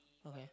okay